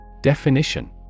Definition